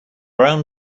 round